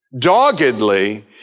doggedly